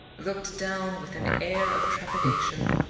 looked down with an air of trepidation.